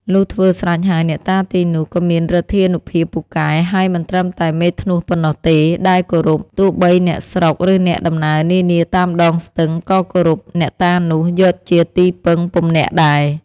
លុះធ្វើស្រេចហើយ អ្នកតាទីនោះ ក៏មានឫទ្ធានុភាពពូកែ ហើយមិនត្រឹមតែមេធ្នស់ប៉ុណ្ណោះទេ ដែលគោរព ទោះបីអ្នកស្រុក ឬអ្នកដំណើរនានាតាមដងស្ទឹង ក៏គោរព អ្នកតានោះ យកជាទីពឹងពំនាក់ដែរ ។